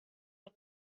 los